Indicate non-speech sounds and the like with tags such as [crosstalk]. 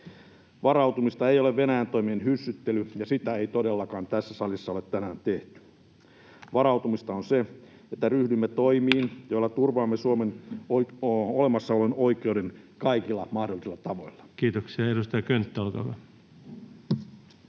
Varautumista ei ole Venäjän toimien hyssyttely, ja sitä ei todellakaan tässä salissa ole tänään tehty. Varautumista on se, että ryhdymme toimiin, [noise] joilla turvaamme Suomen olemassaolon oikeuden kaikilla mahdollisilla tavoilla. [Speech 85] Speaker: